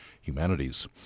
Humanities